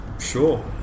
Sure